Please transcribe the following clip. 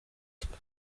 twe